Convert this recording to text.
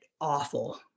awful